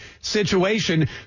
situation